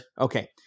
Okay